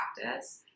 practice